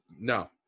no